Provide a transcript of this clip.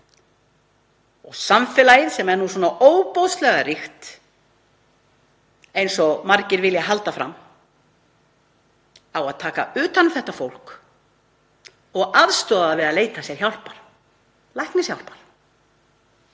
Samfélagið sem er svona ofboðslega ríkt, eins og margir vilja halda fram, á að taka utan um þetta fólk og aðstoða það við að leita sér læknishjálpar.